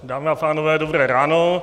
Dámy a pánové, dobré ráno.